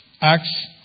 Acts